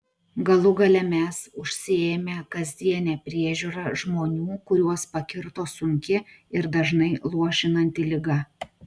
galų gale mes užsiėmę kasdiene priežiūra žmonių kuriuos pakirto sunki ir dažnai luošinanti liga